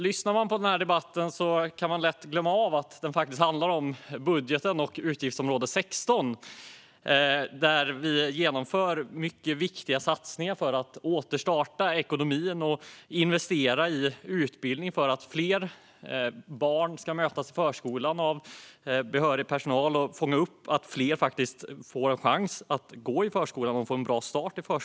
Lyssnar man på den här debatten kan man lätt glömma att den faktiskt handlar om budgeten och utgiftsområde 16, där vi genomför mycket viktiga satsningar för att återstarta ekonomin och investera i utbildning för att fler barn ska mötas av behörig personal i förskolan och för att fånga upp fler barn så att de får en chans att gå i förskolan och att få en bra start där.